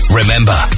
remember